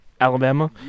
Alabama